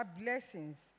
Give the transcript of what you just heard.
blessings